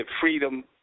freedom